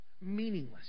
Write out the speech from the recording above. Meaningless